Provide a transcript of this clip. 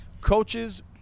coaches